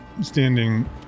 standing